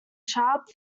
sharp